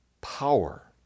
power